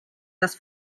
das